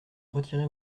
retirer